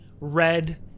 red